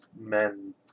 men